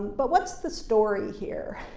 but what's the story here?